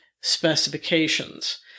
specifications